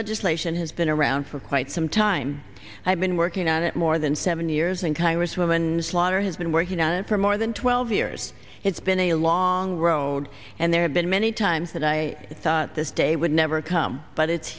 just lation has been around for quite some time i've been working on it more than seven years and congresswoman slaughter has been working on it for more than twelve years it's been a long road and there have been many times that i thought this day would never come but it's